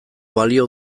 balio